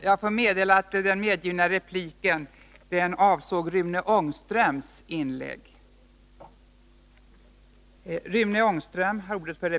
Jag får meddela att den medgivna repliken skulle ha avsett Rune Ångströms anförande.